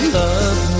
love